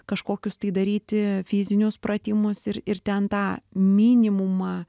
kažkokius tai daryti fizinius pratimus ir ir ten tą minimumą